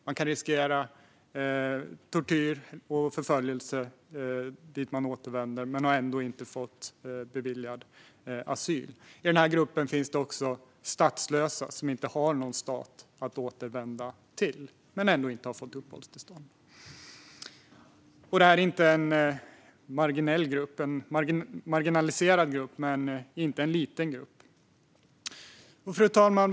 Man kan riskera tortyr och förföljelse dit man återvänder men har ändå inte fått beviljad asyl. I den här gruppen finns det också statslösa som inte har någon stat att återvända till men ändå inte har fått uppehållstillstånd. Det är en marginaliserad men inte liten grupp. Fru talman!